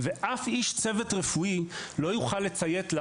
ואף איש צוות רפואי לא יוכל לציית לה